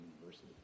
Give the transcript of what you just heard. University